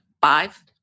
Five